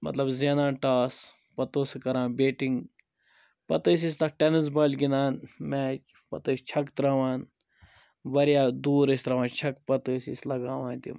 مَطلَب زینان ٹاس پَتہٕ اوس سُہ کَران بیٹِنٛگ پَتہٕ ٲسۍ أسۍ تتھ ٹیٚنس بالہِ گِنٛدان میچ پَتہٕ ٲسۍ چھَکہٕ ترٛاوان واریاہ دوٗر ٲسۍ ترٛاوان چھَکہٕ پَتہٕ ٲسۍ أسۍ لَگاوان تِم